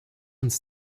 uns